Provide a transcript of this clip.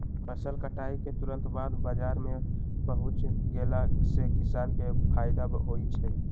फसल कटाई के तुरत बाद बाजार में पहुच गेला से किसान के फायदा होई छई